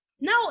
no